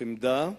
"חמדה",